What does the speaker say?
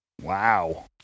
Wow